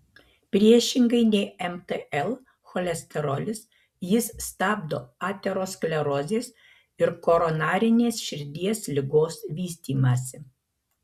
priešingai nei mtl cholesterolis jis stabdo aterosklerozės ir koronarinės širdies ligos vystymąsi